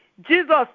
Jesus